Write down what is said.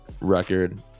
record